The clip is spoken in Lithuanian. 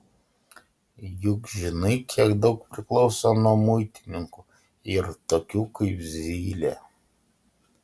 juk žinai kiek daug priklauso nuo muitininkų ir tokių kaip zylė